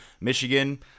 Michigan